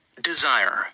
Desire